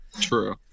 True